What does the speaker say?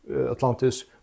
atlantis